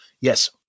yes